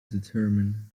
determine